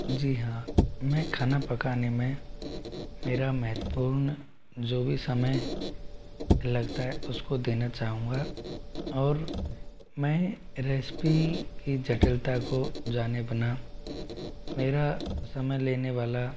जी हाँ मैं खाना पकाने में मेरा महत्वपूर्ण जो भी समय लगता है उस को देना चाहूँगा और मैं रेसिपी की जटिलता को जाने बिना मेरा समय लेने वाला